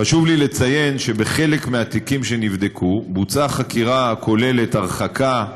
חשוב לי לציין שבחלק מהתיקים שנבדקו בוצעה חקירה הכוללת הרחקה,